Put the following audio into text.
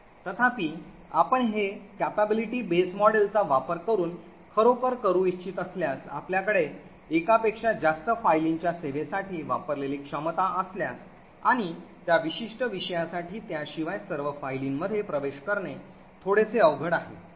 तथापि आपण हे capability base model चा वापर करून खरोखर करू इच्छित असल्यास आपल्याकडे एकापेक्षा जास्त फायलींच्या सेवेसाठी वापरलेली क्षमता असल्यास आणि त्या विशिष्ट विषयासाठी त्याशिवाय सर्व फायलींमध्ये प्रवेश करणे थोडेसे अवघड आहे